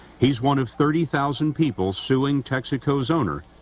he's one of thirty thousand people suing texaco's owner,